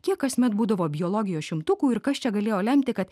kiek kasmet būdavo biologijos šimtukų ir kas čia galėjo lemti kad